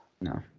No